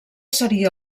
seria